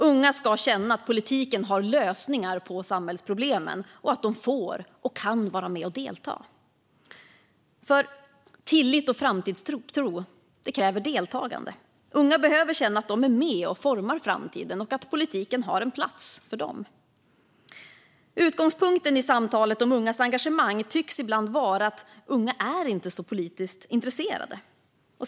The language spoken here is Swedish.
Unga ska känna att politiken har lösningar på samhällsproblemen och att de får och kan vara med och delta. Tillit och framtidstro kräver deltagande. Unga behöver känna att de är med och formar framtiden och att politiken har en plats för dem. Utgångspunkten i samtalet om ungas engagemang tycks ibland vara att unga inte är så politiskt intresserade.